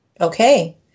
Okay